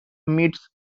meets